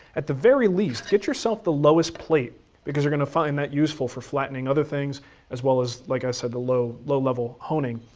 at the very least, get yourself the lowest plate because you're gonna find that useful for flattening other things as well as, like i said, the low low level honing.